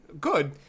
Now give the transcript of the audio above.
Good